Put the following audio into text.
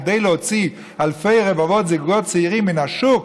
כדי להוציא אלפי רבבות זוגות צעירים מן השוק,